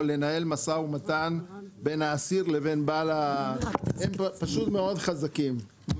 לנהל משא ומתן בין האסיר לבין בעל ה הם פשוט מאוד חזקים.